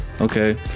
okay